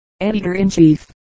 Editor-in-Chief